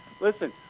Listen